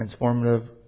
transformative